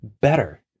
better